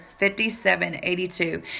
5782